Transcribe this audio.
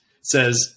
says